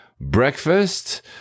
breakfast